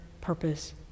purpose